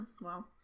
Wow